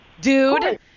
dude